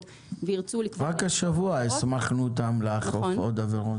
וירצו לקבוע --- רק השבוע הסמכנו אותם לאכוף עוד עבירות.